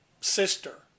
sister